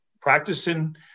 practicing